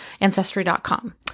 Ancestry.com